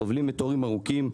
סובלים מתורים ארוכים,